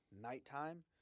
Nighttime